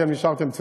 אתן נשארתן צעירות,